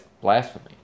blasphemy